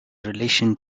relation